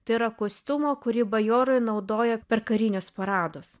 tai yra kostiumo kurį bajorai naudojo per karinius paradus